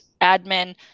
admin